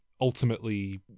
ultimately